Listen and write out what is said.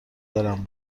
دارم